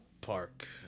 Park